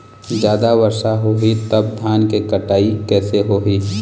जादा वर्षा होही तब धान के कटाई कैसे होही?